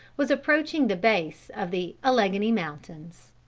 was approaching the base of the alleghany mountains.